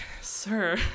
sir